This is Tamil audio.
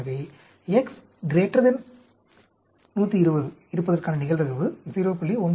எனவே x 120 இருப்பதற்கான நிகழ்தகவு 0